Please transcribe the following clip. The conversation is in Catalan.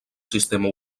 sistema